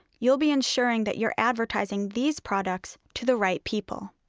you will be ensuring that you're advertising these products to the right people.